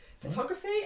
Photography